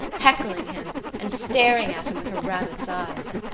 heckling him and staring at him with her rabbit's eyes.